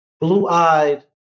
blue-eyed